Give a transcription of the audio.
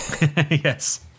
Yes